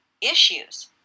issues